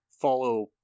follow